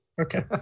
Okay